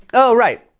oh, right.